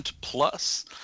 plus